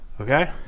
Okay